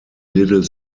little